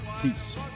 peace